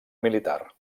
militar